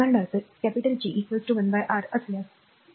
उदाहरणार्थ G 1 R असल्यास बरोबर